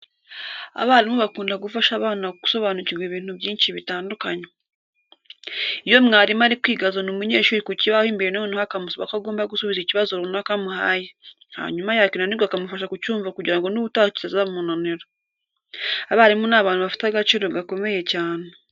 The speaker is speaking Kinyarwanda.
Abarimu bakunda gufasha abana gusobanukirwa ibintu byinshi bitandukanye. Iyo mwarimu ari kwiga azana umunyeshuri ku kibaho imbere noneho akamusaba ko agomba gusubiza ikibazo runaka amuhaye, hanyuma yakinanirwa akamufasha kucyumva kugira ngo n'ubutaha kitazamunanira. Abarimu ni abantu bafite agaciro gakomeye cyane.